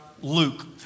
Luke